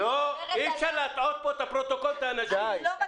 אי אפשר להטעות פה את הפרוטוקול ואת האנשים.